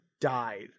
died